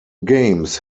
games